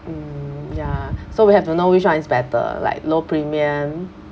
mm ya so we have to know which one is better like low premium